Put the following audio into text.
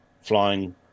flying